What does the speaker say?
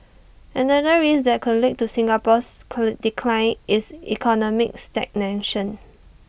another risk that could lead to Singapore's decline is economic stagnation